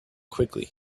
quickly